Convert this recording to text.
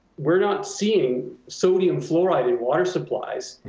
we're not seeing sodium fluoride in water supplies,